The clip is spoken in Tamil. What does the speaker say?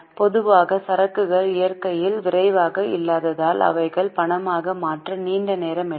பொதுவாக சரக்குகள் இயற்கையில் விரைவாக இல்லாததால் அவற்றை பணமாக மாற்ற நீண்ட நேரம் எடுக்கும்